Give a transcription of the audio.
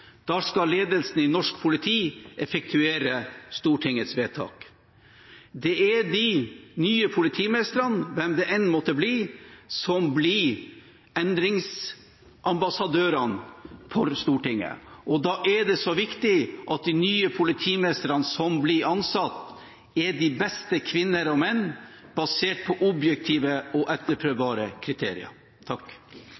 Da skal ledelsen i norsk politi effektuere Stortingets vedtak. Det er de nye politimesterne – hvem det enn måtte bli – som blir endringsambassadørene for Stortinget, og da er det så viktig at de nye politimesterne som blir ansatt, er de beste kvinner og menn, basert på objektive og etterprøvbare kriterier.